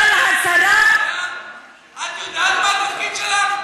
אבל השרה, את יודעת מה התפקיד שלך?